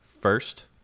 First